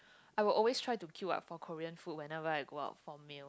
I will always try to queue up for Korean food whenever I go out for meal